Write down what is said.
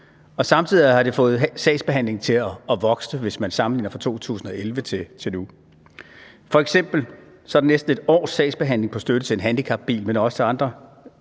samtidig har det fået sagsbehandlingstiden til at vokse, hvis man sammenligner fra 2011 til nu. F.eks. er der næsten et års sagsbehandlingstid på støtte til en handicapbil, men også til andre